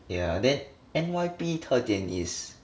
yeah then N_Y_P 特点 is